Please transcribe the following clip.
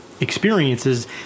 Experiences